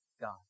God